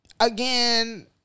Again